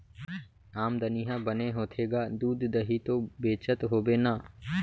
आमदनी ह बने होथे गा, दूद, दही तो बेचत होबे ना?